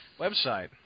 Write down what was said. website